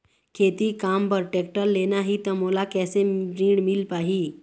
खेती काम बर टेक्टर लेना ही त मोला कैसे ऋण मिल पाही?